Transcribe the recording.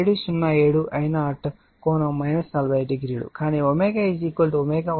707 I0∠ 450 కానీ ω ω1 వద్ద XC XL R అవుతుంది